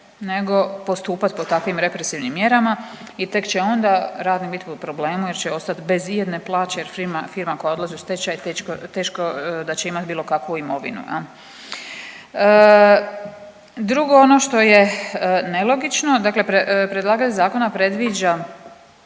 nego postupat po takvim represivnim mjerama i tek će onda radnik biti u problemu jer će ostati bez i jedne plaće jer firma koja odlazi u stečaj teško da će imati bilo kakvu imovinu. Drugo, ono što je nelogično, dakle predlagač zakona predviđa